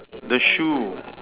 the shoe